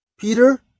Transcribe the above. Peter